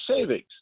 savings